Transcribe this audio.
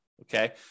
Okay